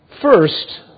First